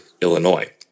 Illinois